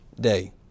day